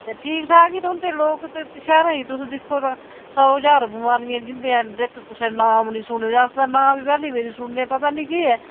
ते ठीक ठाक ई रौंह्दे लोक ते शैह्रें च तुस दिक्खो तां सौ ज्हार बमारियां जिंदे अज्ज तक कुसै नांऽ बी नेईं सुने दे अस तां नांऽ बी पैह्ली बारी सुनने पता नी केह् ऐ